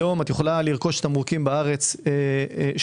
היום את יכולה לרכוש תמרוקים בארץ שלא